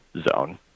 zone